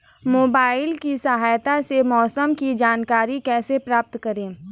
Mobile की सहायता से मौसम की जानकारी कैसे प्राप्त करें?